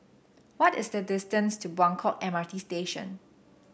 what is the distance to Buangkok M R T Station